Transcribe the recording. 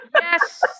yes